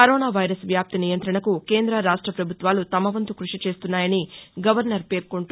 corona virus వ్యాప్తి నియంత్రణకు కేంద్ర రాష్ట ప్రభుత్వాలు తమ వంతు కృషి చేస్తున్నాయని గవర్నర్ పేర్కొంటూ